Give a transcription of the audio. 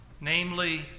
namely